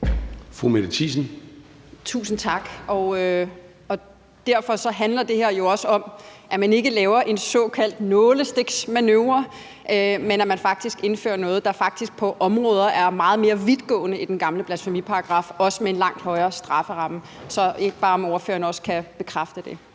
Mette Thiesen (DF): Tusind tak. Derfor handler det her jo også om, at man ikke laver en såkaldt nålestiksmanøvre, men at man indfører noget, der på nogle områder faktisk er meget mere vidtgående end den gamle blasfemiparagraf, også med en langt højere strafferamme. Så det er bare, om ordføreren ikke også kan bekræfte det?